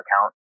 account